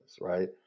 right